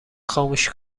خاموش